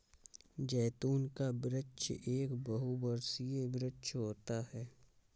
जैतून का वृक्ष एक बहुवर्षीय वृक्ष होता है